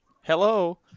hello